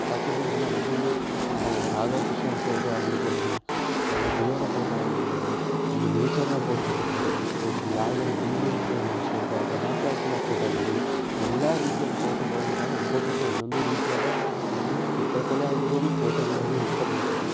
ಸಾಕಷ್ಟು ಜನ ಒಂದೊಂದು ರಾಧಾಕೃಷ್ಣನ ಫೋಟೋ ಆಗಿರಬಹುದು ಒಂದು ದೇವರ ಫೋಟೋ ಆಗಿರ್ಬೋದು ಒಂದು ನೇಚರ್ನ ಫೋಟೋ ಆಗಿರ್ಬೋದು ಒಂದು ಯಾವ್ದಾದ್ರೂ ಬಿಲ್ಡಿಂಗ್ಸ್ನ ಸೋಟೋ ಹಣಕಾಸಿನ ಫೋಟೋ ಆಗಿರ್ಬೋದು ಎಲ್ಲ ರೀತಿಯಾದ ಫೋಟೋಗಳನ್ನು ಸಹ ಒಬ್ಬೊಬ್ಬರಿಗೆ ಒಂದೊಂದು ರೀತಿಯಾದ ಒಂದು ಚಿತ್ರಕಲೆ ಆಗಿರ್ಬೋದು ಫೋಟೋಗಳನ್ನು ಇಷ್ಟಪಡ್ತಾರೆ